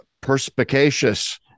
perspicacious